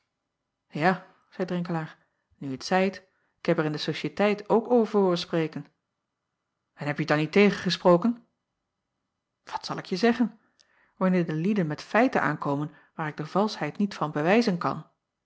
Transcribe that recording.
a zeî renkelaer nu je t zeit ik heb er in de ociëteit ook over hooren spreken n hebje t dan niet tegengesproken acob van ennep laasje evenster delen at zal ik je zeggen anneer de lieden met feiten aankomen waar ik de valschheid niet van bewijzen kan